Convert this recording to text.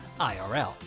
IRL